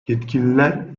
yetkililer